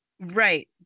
Right